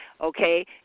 Okay